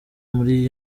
muri